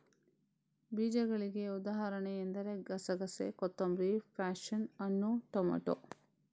ಬೀಜಗಳಿಗೆ ಉದಾಹರಣೆ ಎಂದರೆ ಗಸೆಗಸೆ, ಕೊತ್ತಂಬರಿ, ಪ್ಯಾಶನ್ ಹಣ್ಣು, ಟೊಮೇಟೊ